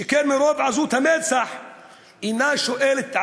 שכן מרוב עזות מצח היא אינה שואלת את